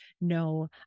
no